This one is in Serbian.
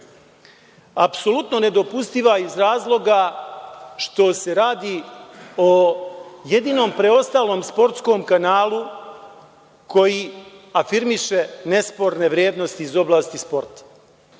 Apsolutno nedopustiva iz razloga što se radi o jedinom preostalom sportskom kanalu koji afirmiše nesporne vrednosti iz oblasti sporta.